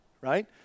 right